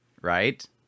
Right